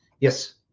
Yes